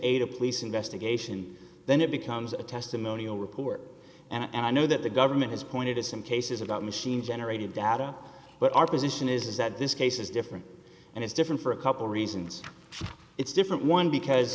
a police investigation then it becomes a testimonial report and i know that the government has pointed to some cases about machine generated data but our position is that this case is different and it's different for a couple reasons it's different one because